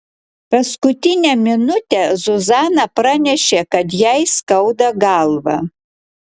paskutinę minutę zuzana pranešė kad jai skauda galvą